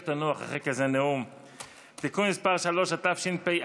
(תיקון מס' 3), התשפ"א